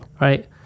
right